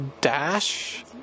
Dash